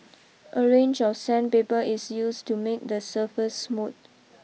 a range of sandpaper is used to make the surface smooth